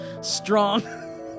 strong